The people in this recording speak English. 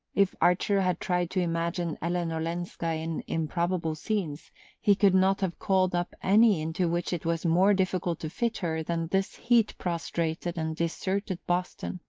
if archer had tried to imagine ellen olenska in improbable scenes he could not have called up any into which it was more difficult to fit her than this heat-prostrated and deserted boston.